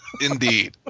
Indeed